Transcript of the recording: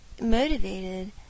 motivated